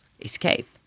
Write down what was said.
escape